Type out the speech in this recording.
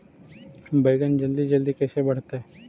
बैगन जल्दी जल्दी कैसे बढ़तै?